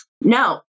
no